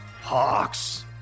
Hawks